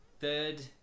third